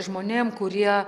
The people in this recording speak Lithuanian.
žmonėm kurie